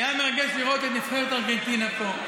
היה מרגש לראות את נבחרת ארגנטינה פה.